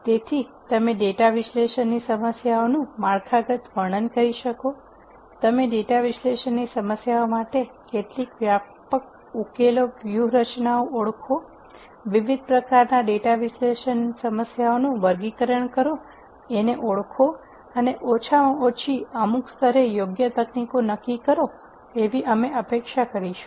તેથી તમે ડેટા વિશ્લેષણની સમસ્યાઓનું માળખાગત વર્ણન કરી શકો તમે ડેટા વિશ્લેષણ સમસ્યાઓ માટે કેટલીક વ્યાપક ઉકેલો વ્યૂહરચનાઓ ઓળખો વિવિધ પ્રકારના ડેટા વિશ્લેષણ સમસ્યાઓનું વર્ગીકરણ કરો અને ઓળખો અને ઓછામાં ઓછી અમુક સ્તરે યોગ્ય તકનીકો નક્કી કરો એવી અમે અપેક્ષા કરીશું